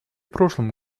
прошлом